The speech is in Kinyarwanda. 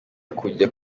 kujya